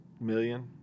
million